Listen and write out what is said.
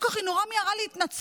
אחר כך היא נורא מיהרה להתנצל,